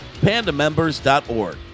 pandamembers.org